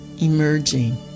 emerging